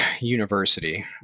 university